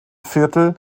viertel